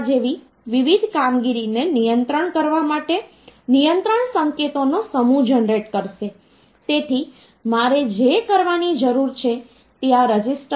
તેથી આ પહેલો અંક છે કહો કે પ્રથમ પ્રતીક ની કિંમત d1 છે પ્રથમ પ્રતીકની કિંમત d1 છે બીજા પ્રતીકની કિંમત d2 છે ત્રીજું પ્રતીક d3 છે